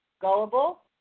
gullible